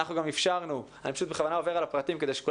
אנחנו אפשרנו לקיים